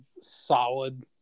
solid